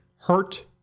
hurt